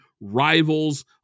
rivals